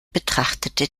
betrachtete